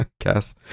guess